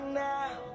now